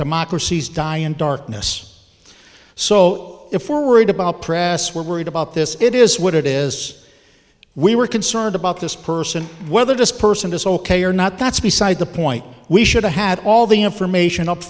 darkness so if for worried about press we're worried about this it is what it is we were concerned about this person whether this person is ok or not that's beside the point we should have had all the information up